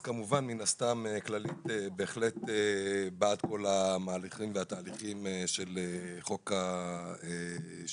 אז כמובן מן הסתם כללית בהחלט בעד כל ההליכים והתהליכים של חוק השוויון.